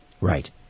Right